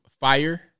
fire